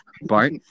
Bart